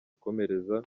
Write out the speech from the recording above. akomereza